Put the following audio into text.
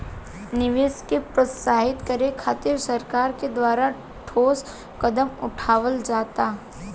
निवेश के प्रोत्साहित करे खातिर सरकार के द्वारा ठोस कदम उठावल जाता